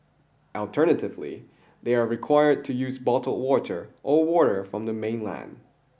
alternatively they are required to use bottled water or water from the mainland